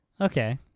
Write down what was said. Okay